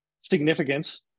significance